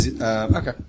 Okay